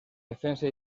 defensa